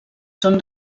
són